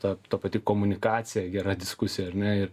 ta ta pati komunikacija gera diskusija ar ne ir